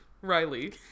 Riley